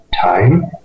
time